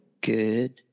Good